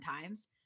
times